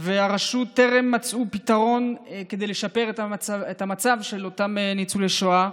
והרשות טרם מצאו פתרון כדי לשפר את המצב של אותם ניצולי שואה,